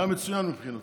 היה מצוין מבחינתו.